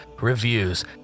reviews